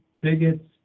bigots